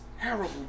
terrible